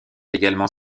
également